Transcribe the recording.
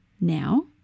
now